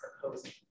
proposing